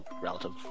Relative